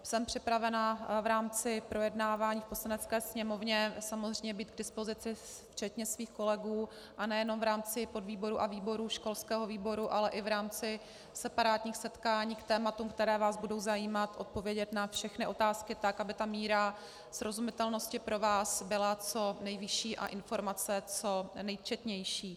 Jsem připravena v rámci projednávání v Poslanecké sněmovně samozřejmě být k dispozici včetně svých kolegů, a nejenom v rámci podvýborů a výborů, školského výboru, ale i v rámci separátních setkání k tématům, která vás budou zajímat, odpovědět na všechny otázky tak, aby míra srozumitelnosti pro vás byla co nejvyšší a informace co nejčetnější.